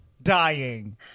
Dying